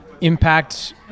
impact